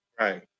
Right